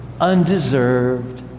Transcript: undeserved